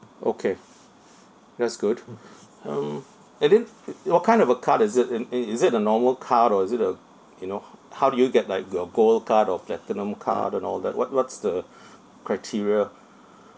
okay that's good um and then what kind of a card is it in i~ is it a normal card or is it a you know how do you get like the gold card or platinum card and all that what what's the criteria